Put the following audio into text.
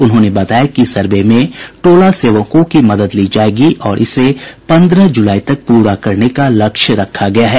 उन्होंने बताया कि सर्वे में टोला सेवकों की मदद ली जायेगी और इसे पंद्रह जुलाई तक पूरा करने का लक्ष्य रखा गया है